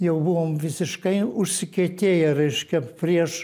jau buvom visiškai užsikietėję reiškia prieš